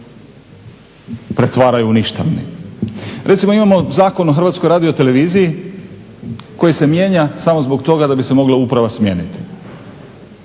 pretvaraju u ništavni. Recimo, imamo Zakon o HRT-u koji se mijenja samo zbog toga da bi se mogla uprava smijeniti.